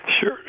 Sure